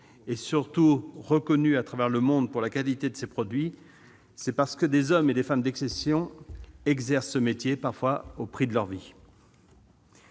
et, surtout, reconnu à travers le monde pour la qualité de ses produits, c'est parce que des hommes et femmes d'exception exercent ce métier, parfois au prix de leur vie.